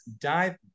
Dive